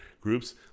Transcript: groups